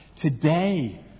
Today